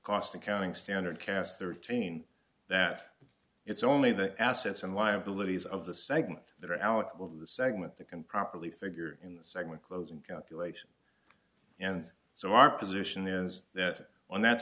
cost accounting standard cast thirteen that it's only the assets and liabilities of the segment that are alex above the segment that can properly figure in the segment closing can't be late and so our position is that on that